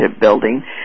building